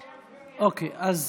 אוקיי, אז